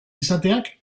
izateak